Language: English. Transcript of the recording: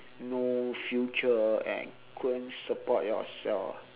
no future and wouldn't support yourself